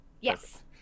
yes